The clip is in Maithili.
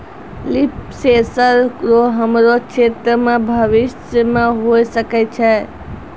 लिफ सेंसर रो हमरो क्षेत्र मे भविष्य मे होय सकै छै